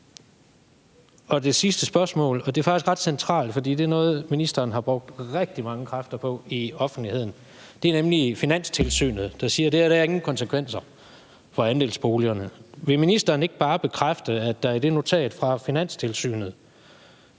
Det sidste spørgsmål – og det er faktisk ret centralt, for det er noget, ministeren har brugt rigtig mange kræfter på i offentligheden – vedrører nemlig, at Finanstilsynet siger: Det her har ingen konsekvenser for andelsboligerne. Vil ministeren ikke bare bekræfte, at der i det notat fra Finanstilsynet